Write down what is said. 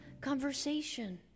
conversation